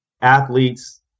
athletes